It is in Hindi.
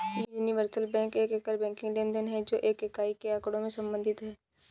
यूनिवर्सल बैंक एक एकल बैंकिंग लेनदेन है, जो एक इकाई के आँकड़ों से संबंधित है